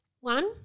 One